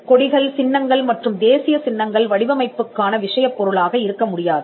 கொடிகள் சின்னங்கள் மற்றும் தேசிய சின்னங்கள் வடிவமைப்புக்கான விஷயப் பொருளாக இருக்க முடியாது